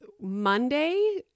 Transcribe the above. Monday